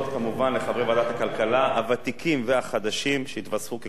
לחברי ועדת הכלכלה הוותיקים והחדשים שהתווספו ככוח משמעותי,